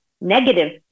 Negative